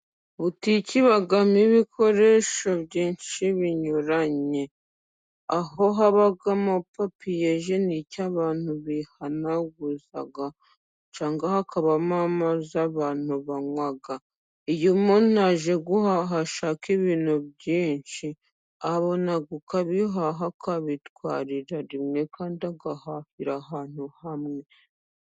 Butiki ibamo ibikoresho byinshi binyuranye: aho habamo papiyejenike abantu bihanaguza, cyangwa hakabamo amazi abantu banywa. Iyo umuntu aje guhaha ashaka ibintu byinshi ,abona uko abihaha akabitwarira rimwe kandi agahahira ahantu hamwe.